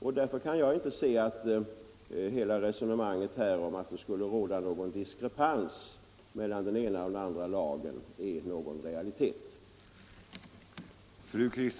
Jag kan alltså inte finna att resonemanget om att det skulle råda diskrepans mellan den ena och den andra lagen är någon realitet.